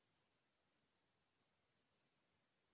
मक्का के फसल कइसे होथे?